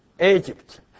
Egypt